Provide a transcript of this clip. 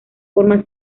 forma